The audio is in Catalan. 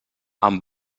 amb